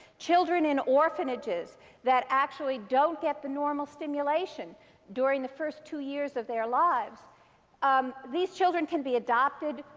children in orphanages that actually don't get the normal stimulation during the first two years of their lives um these children can be adopted,